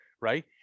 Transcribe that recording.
Right